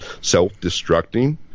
self-destructing